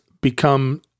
become